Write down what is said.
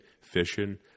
fishing